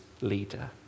leader